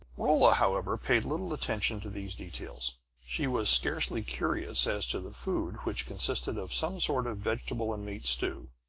rolla, however, paid little attention to these details. she was scarcely curious as to the food, which consisted of some sort of vegetable and meat stew,